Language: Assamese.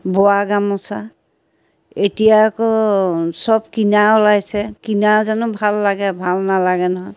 বোৱা গামোচা এতিয়া আকৌ চব কিনা ওলাইছে কিনা জানো ভাল লাগে ভাল নালাগে নহয়